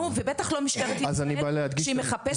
ובטח לא משטרת ישראל שהיא מחפשת תיקי סחר.